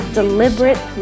deliberate